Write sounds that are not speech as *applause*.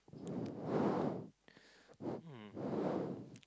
*breath* hmm *breath*